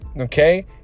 okay